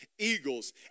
Eagles